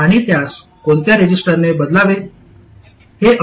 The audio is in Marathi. आणि त्यास कोणत्या रेझिस्टरने बदलावे